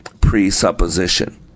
presupposition